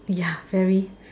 ya very